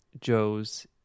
Joe's